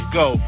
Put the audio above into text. go